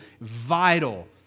vital